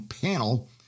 panel